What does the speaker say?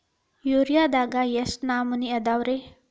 ಯೂರಿಯಾದಾಗ ಎಷ್ಟ ನಮೂನಿ ಅದಾವ್ರೇ?